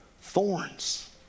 thorns